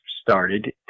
started